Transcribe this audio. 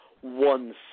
one